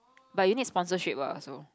but you need sponsorship ah so